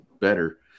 better